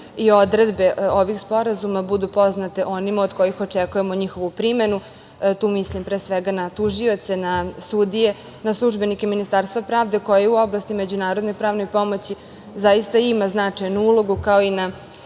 i odredbe ovih sporazuma budu poznate onima od kojih očekujemo njihovu primenu. Tu mislim pre svega na tužioce, na sudije, na službenike Ministarstva pravde koji u oblasti međunarodne pravne pomoći zaista ima značajnu ulogu, kao i na